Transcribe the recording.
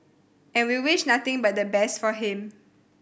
and we'll wish nothing but the best for him